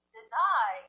deny